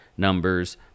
numbers